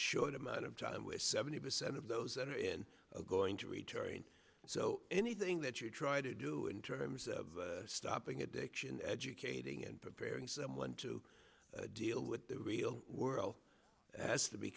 short amount of time with seventy percent of those that are in going to retire and so anything that you try to do in terms of stopping addiction educating and preparing someone to deal with the real world has to be